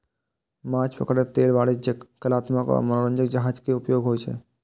माछ पकड़ै लेल वाणिज्यिक, कलात्मक आ मनोरंजक जहाज के उपयोग होइ छै